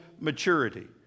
maturity